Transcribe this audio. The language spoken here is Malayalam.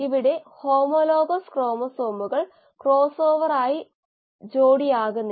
ഇപ്പോൾ നമ്മൾ ഒരു ലിമിറ്റിങ് സബ്സ്ട്രേറ്റ് എന്ന് വിളിക്കുന്ന ഒന്ന് നോക്കേണ്ടതുണ്ട് ഇപ്പോൾ നമ്മൾ ചില 23 അല്ലെങ്കിൽ 4 ആശയങ്ങൾ നോക്കുന്നു